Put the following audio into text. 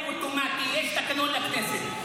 לחוק באופן אוטומטי, יש תקנון לכנסת.